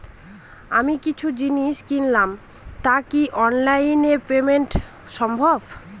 আমি কিছু জিনিস কিনলাম টা কি অনলাইন এ পেমেন্ট সম্বভ?